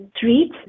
treat